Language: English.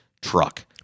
truck